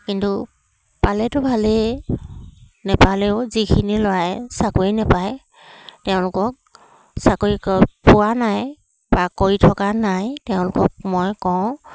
কিন্তু পালেতো ভালেই নেপালেও যিখিনি ল'ৰাই চাকৰি নেপায় তেওঁলোকক চাকৰি ক পোৱা নাই বা কৰি থকা নাই তেওঁলোকক মই কওঁ